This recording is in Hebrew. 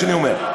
מה שאני אומר.